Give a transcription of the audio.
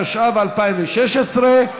התשע"ו 2016,